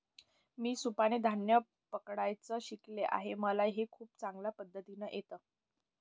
मी सुपाने धान्य पकडायचं शिकले आहे मला हे खूप चांगल्या पद्धतीने येत